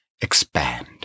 expand